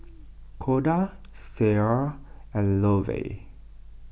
Koda Ciera and Lovell